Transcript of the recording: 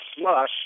slush